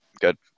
good